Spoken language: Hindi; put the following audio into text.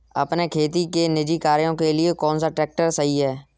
अपने खेती के निजी कार्यों के लिए कौन सा ट्रैक्टर सही है?